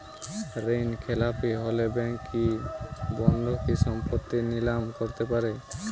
ঋণখেলাপি হলে ব্যাঙ্ক কি বন্ধকি সম্পত্তি নিলাম করতে পারে?